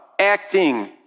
acting